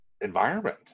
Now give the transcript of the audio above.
environment